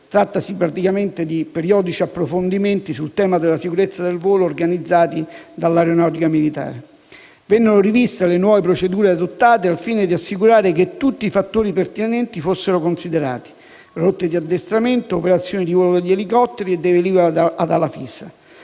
(trattasi di periodici approfondimenti sul tema della sicurezza del volo organizzati dall'Aeronautica militare); vennero riviste le nuove procedure adottate al fine di assicurare che tutti i fattori pertinenti fossero considerati (rotte di addestramento, operazioni di volo degli elicotteri e dei velivoli ad ala fissa);